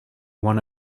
one